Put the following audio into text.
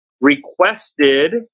requested